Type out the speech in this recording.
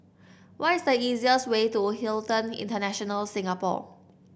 what is the easiest way to Hilton International Singapore